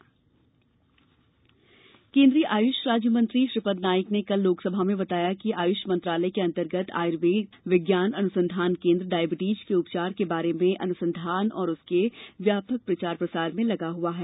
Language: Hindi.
लोकसभा मधमेह केन्द्रीय आयुष राज्य मंत्री श्रीपद नाइक ने कल लोकसभा में बताया कि आयुष मंत्रालय के अंतर्गत आयूर्वेद विज्ञान अनुसंधान केन्द्र डायबिटीज के उपचार के बारे में अनुसंधान और उसके प्रचार प्रसार में लगा हआ है